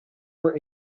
were